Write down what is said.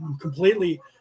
completely